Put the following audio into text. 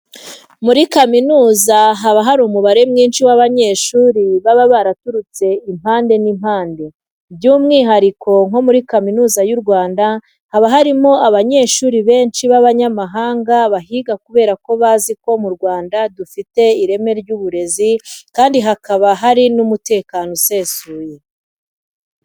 Muri kaminuza haba hari umubare mwinshi w'abanyeshuri baba baraturutse impande n'impande. By'umwihariko nko muri Kaminuza y'u Rwanda haba harimo abanyeshuri benshi b'abanyamahanga bahiga kubera ko bazi ko mu Rwanda dufite ireme ry'uburezi kandi hakaba hari n'umutekano usesuye.